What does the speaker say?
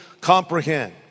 comprehend